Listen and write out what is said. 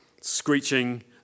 Screeching